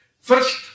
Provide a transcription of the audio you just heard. First